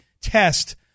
test